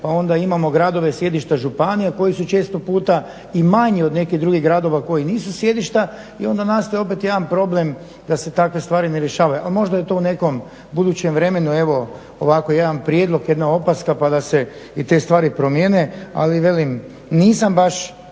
pa onda imamo gradove sjedišta županija koji su često puta i manji od nekih drugih gradova koji nisu sjedišta i onda nastaje opet jedan problem da se takve stvari ne rješavaju. Ali možda je to u nekom budućem vremenu. Evo ovako jedan prijedlog, jedna opaska pa da se i te stvari promijene. Ali velim, nisam baš